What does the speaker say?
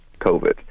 COVID